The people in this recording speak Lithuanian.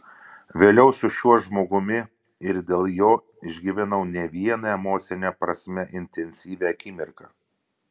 vėliau su šiuo žmogumi ir dėl jo išgyvenau ne vieną emocine prasme intensyvią akimirką